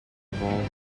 evolved